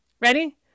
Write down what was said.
Ready